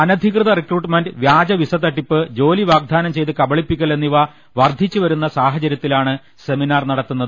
അനധ്ധികൃത recruitment വ്യാജ visa തട്ടിപ്പ് ജോലി വാഗ്ദാനം ചെയ്ത് കബളിപ്പിക്കൽ എന്നിവ വർദ്ധിച്ചുവരുന്ന സാഹചര്യത്തി ലാണ് സെമിനാർ നടത്തുന്നത്